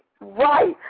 Right